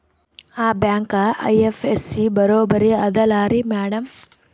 ಆ bank IFSC ಬರೊಬರಿ ಅದಲಾರಿ ಮ್ಯಾಡಂ?